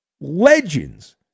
legends